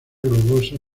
globosa